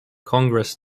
congress